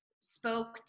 spoke